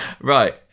Right